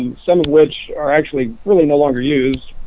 um some of which are actually really no longer used,